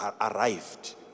arrived